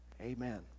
Amen